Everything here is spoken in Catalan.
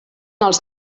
els